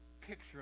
picture